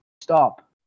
Stop